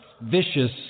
vicious